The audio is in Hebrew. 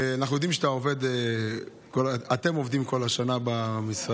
אנחנו יודעים שאתם עובדים כל השנה במשרדים,